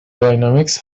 داینامیکس